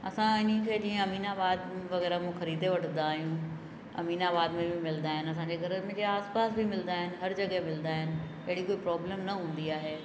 असां इन खे जीअं अमीनाबाद वग़ैरह मूं ख़रीदे वठंदा आहियूं अमीनाबाद में बि मिलंदा आहिनि असांजे घरनि जे आसपास बि मिलंदा आहिनि हर जॻहि मिलंदा आहिनि अहिड़ी कोई प्रॉब्लम न हूंदी आहे